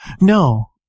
No